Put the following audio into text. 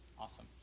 awesome